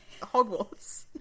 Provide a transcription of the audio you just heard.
Hogwarts